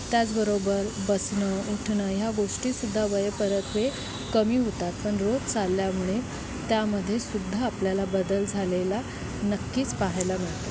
त्याचबरोबर बसणं उठणं ह्या गोष्टीसुद्धा वयपरत्वे कमी होतात पण रोज चालल्यामुळे त्यामध्ये सुद्धा आपल्याला बदल झालेला नक्कीच पाहायला मिळतो